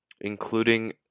including